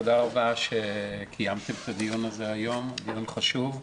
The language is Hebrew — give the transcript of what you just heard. תודה רבה שקיימתם את הדיון הזה היום, דיון חשוב.